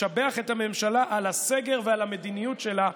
משבח את הממשלה על הסגר ועל המדיניות שלה,